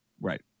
Right